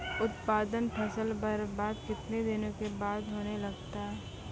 उत्पादन फसल बबार्द कितने दिनों के बाद होने लगता हैं?